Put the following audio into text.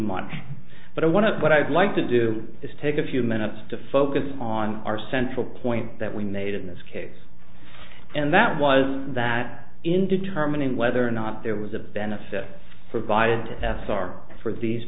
much but one of what i'd like to do is take a few minutes to focus on our central point that we made in this case and that was that in determining whether or not there was a benefit for